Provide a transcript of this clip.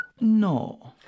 No